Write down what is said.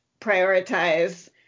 prioritize